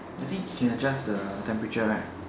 I think can adjust the temperature right